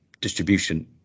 distribution